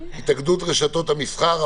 התאגדות רשתות המסחר,